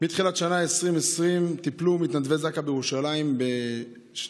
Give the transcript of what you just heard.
מתחילת שנת 2020 טיפלו מתנדבי זק"א בירושלים ב-12